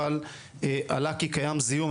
אבל עלה כי קיים זיהום,